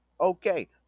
Okay